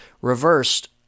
reversed